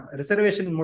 reservation